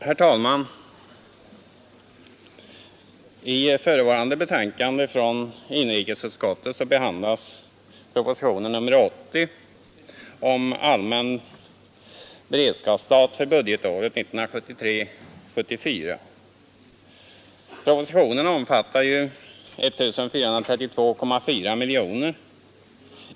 Herr talman! I förevarande betänkande från inrikesutskottet behandlas propositionen 80 om allmän beredskapsstat för budgetåret 1973/74. Propositionen omfattar 1 432,4 miljoner kronor.